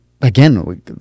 again